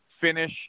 finish